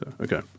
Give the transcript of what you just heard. Okay